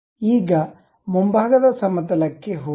ಈಗ ಮುಂಭಾಗದ ಸಮತಲ ಕ್ಕೆ ಹೋಗಿ